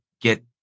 get